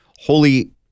Holy